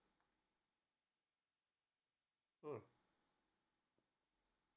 mm